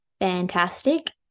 fantastic